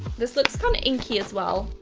this looks kind of inky as well.